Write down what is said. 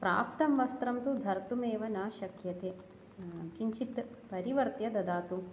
प्राप्तं वस्त्रं तु धर्तुमेव न शक्यते किञ्चित् परिवर्त्य ददातु